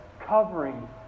covering